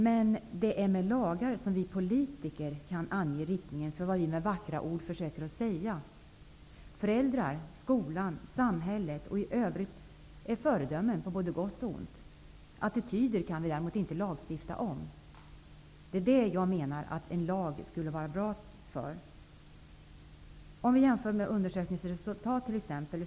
Det är dock med lagar som vi politiker kan ange riktningen för det vi med vackra ord försöker säga. Föräldrar, skolan och samhället är föredömen både på gott och på ont. Attityder kan vi däremot inte lagstifta om. Här menar jag att en lag för det vi kan lagstifta om skulle vara bra.